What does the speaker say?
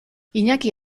iñaki